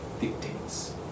dictates